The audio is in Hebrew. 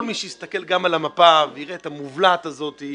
כל מי שיסתכל גם על המפה ויראה את המובלעת הזאת,